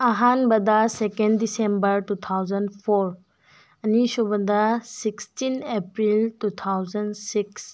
ꯑꯍꯥꯟꯕꯗ second December two thousand four ꯑꯅꯤ ꯁꯨꯕꯗ sixteen April two thousand six